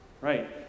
Right